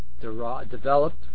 developed